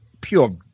pure